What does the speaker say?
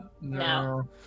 no